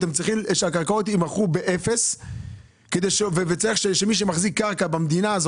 הקרקעות צריכות להימכר באפס ומי שמחזיק קרקע במדינה,